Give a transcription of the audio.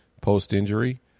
post-injury